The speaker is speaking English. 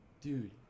dude